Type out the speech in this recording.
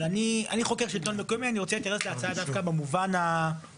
אבל אני חוקר שלטון מקומי ואני רוצה להתייחס להצעה דווקא במובן העקרוני,